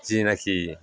जिनाखि